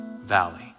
valley